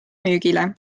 müügile